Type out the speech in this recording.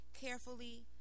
carefully